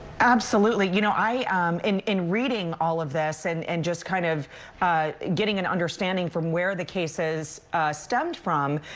absolutely. you know um in in reading all of this and and just kind of getting an understanding from where the case has stemmed from,